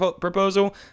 proposal